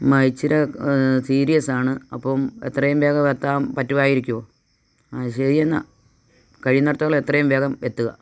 ആ ഇച്ചിരി സീരിയസാണ് അപ്പോൾ എത്രയും വേഗം എത്താൻ പറ്റുവായിരിക്കുമോ അത് ശരി എന്നാൽ കഴിയുന്നിടത്തോളം എത്രയും വേഗം എത്തുക